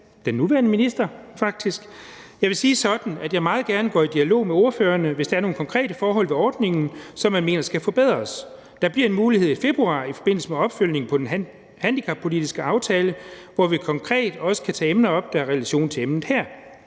den nuværende minister faktisk: Jeg vil sige det sådan, at jeg meget gerne går i dialog med ordførerne, hvis der er nogle konkrete forhold ved ordningen, som man mener skal forbedres. Der bliver en mulighed i februar i forbindelse med opfølgningen på den handicappolitiske aftale, hvor vi konkret også kan tage emner op, der har relation til emnet her.